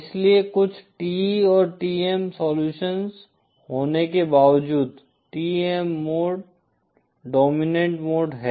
इसलिए कुछ TE और TM सोलूशन्स होने के बावजूद TEM मोड डोमिनेंट मोड है